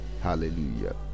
Hallelujah